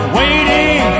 waiting